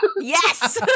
Yes